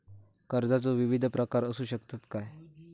कर्जाचो विविध प्रकार असु शकतत काय?